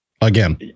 Again